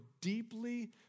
deeply